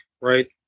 Right